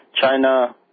China